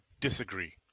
disagree